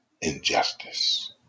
injustice